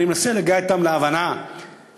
אני מנסה להגיע אתן להבנה שלפחות,